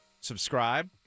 Subscribe